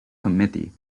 committee